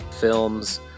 films